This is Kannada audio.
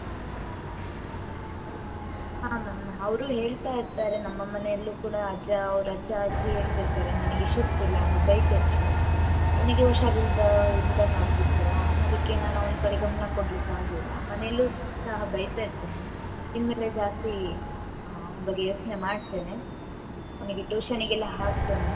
ಹಾಂ ಮ್ಯಾಮ್ ಅವರೂ ಹೇಳ್ತಾ ಇರ್ತಾರೆ ನಮ್ಮ ಮನೆಯಲ್ಲೂ ಕೂಡ ಅಜ್ಜ ಅವರ ಅಜ್ಜ ಅಜ್ಜಿ ಹೇಳ್ತಿರ್ತಾರೆ ನಿನಗೆ ಶಿಸ್ತಿಲ್ಲ ಅಂದು ಬಯ್ತಿರ್ತಾರೆ ನನಗೆ ಹುಷಾರು ಇಲ್ಲದ ಇಲ್ದಂಗೆ ಆಗಿ ಬಿಡ್ತಲ್ಲ ಅದಕ್ಕೆ ನಾನು ಅವನ ಕಡೆ ಗಮನ ಕೊಡ್ಲಿಕ್ಕೆ ಆಗಿಲ್ಲ ಮನೆಯಲ್ಲೂ ಸಹ ಬೈತಾ ಇರ್ತೇನೆ ಇನ್ನು ಮೇಲೆ ಜಾಸ್ತಿ ಅವನ ಬಗ್ಗೆ ಯೋಚನೆ ಮಾಡ್ತೇನೆ ಅವನಿಗೆ ಟ್ಯೂಷನಿಗೆಲ್ಲ ಹಾಕ್ತೇನೆ